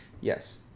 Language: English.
yes